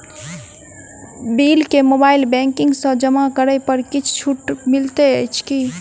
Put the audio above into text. Bill केँ mobile banking सँ जमा करै पर किछ छुटो मिलैत अछि की?